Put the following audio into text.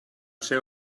ser